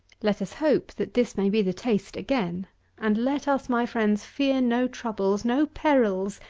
let us hope that this may be the taste again and let us, my friends, fear no troubles, no perils,